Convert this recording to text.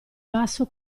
basso